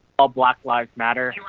all black lives matter.